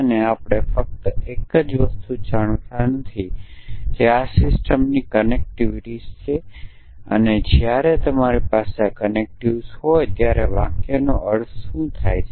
અને આપણે ફક્ત એક જ વસ્તુ જાણતા નથી જે આ સિસ્ટમની કનેક્ટિવ્સનો અર્થ છે જ્યારે તમારી પાસે આ કનેક્ટિવ હોય ત્યારે વાક્યોનો અર્થ શું થાય છે